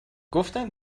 گفتم